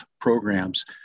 programs